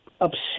upset